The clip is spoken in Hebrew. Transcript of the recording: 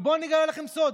ובואו אגלה לכם סוד.